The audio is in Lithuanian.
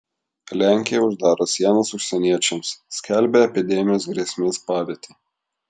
lenkija uždaro sienas užsieniečiams skelbia epidemijos grėsmės padėtį